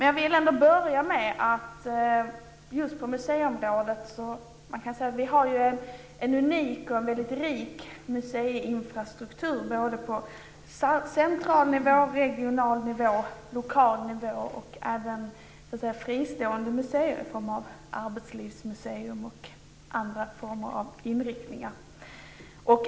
Jag vill ändå börja med att säga att vi har en unik och väldigt rik museiinfrastruktur på både central nivå, regional och lokal nivå och även när det gäller fristående museer i form av Arbetslivsmuseum och andra former av inriktningar.